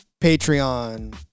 Patreon